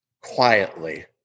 quietly